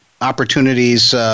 opportunities